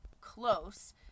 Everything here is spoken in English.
close